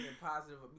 positive